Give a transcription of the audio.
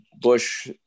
Bush